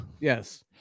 yes